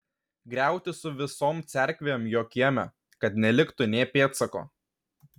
griauti su visom cerkvėm jo kieme kad neliktų nė pėdsako